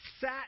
sat